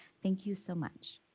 thank you so much.